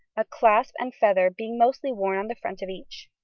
a clasp and feather being mostly worn on the front of each.